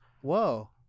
Whoa